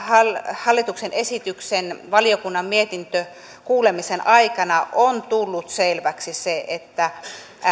hallituksen esityksen valiokunnan mietintökuulemisen aikana on tullut selväksi se että